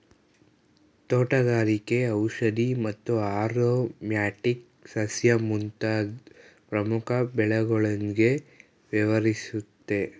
ತೋಟಗಾರಿಕೆ ಔಷಧಿ ಮತ್ತು ಆರೊಮ್ಯಾಟಿಕ್ ಸಸ್ಯ ಮುಂತಾದ್ ಪ್ರಮುಖ ಬೆಳೆಗಳೊಂದ್ಗೆ ವ್ಯವಹರಿಸುತ್ತೆ